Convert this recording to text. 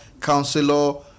counselor